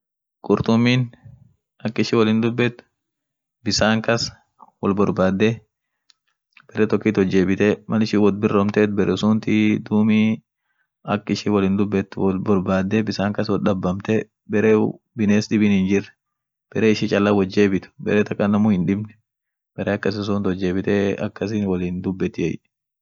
qurtummin ak ishin wolin dubet, bisan kas wol borbade bere tokit wo jebite mal ishin wot biromtet beresuntii duumi ak ishin wolin dubet wolborbade bisan kas wo dabbamte bere bines dibin hinjir bere ishi challan wojebit bere taka namu hindibn bere akasi suunt wo jebitee akasin wolin dubetiey.